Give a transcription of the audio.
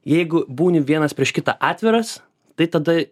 jeigu būni vienas prieš kitą atviras tai tada